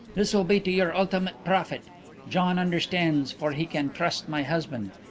this will be to your ultimate profit gian understands, for he can trust my husband.